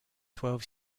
twelve